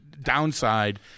downside